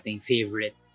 favorite